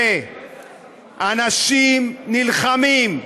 שאנשים נלחמים,